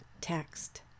text